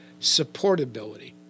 supportability